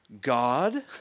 God